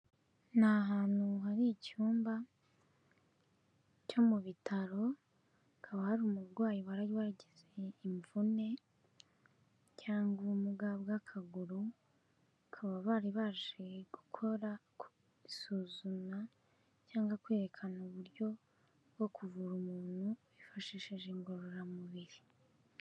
Ni ahantu hari icyumba cyo mu bitaro hakaba hari umurwayi wari wagize imvune cyangwa ubumuga bwo mu kaguru bakaba bari baje gukora isuzuma cyangwa kwerekana uburyo bwo kuvura umuntu wifashishije ingororamubiri.